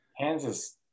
Kansas